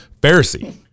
Pharisee